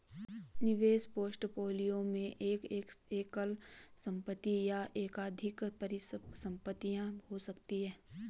निवेश पोर्टफोलियो में एक एकल संपत्ति या एकाधिक परिसंपत्तियां हो सकती हैं